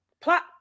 plot